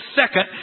second